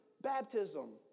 baptism